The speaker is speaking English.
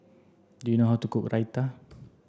Do you know how to cook Raita